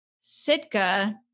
Sitka